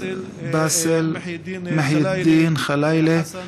באסל נחידין ח'לאילה,